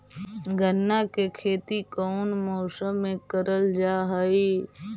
गन्ना के खेती कोउन मौसम मे करल जा हई?